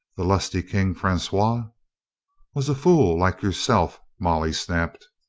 the lusty king francois a was a fool like yourself, molly snapped.